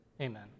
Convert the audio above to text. Amen